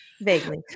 Vaguely